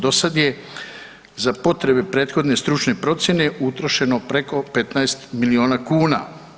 Do sad je za potrebe prethodne stručne procjene utrošeno preko 15 milijuna kuna.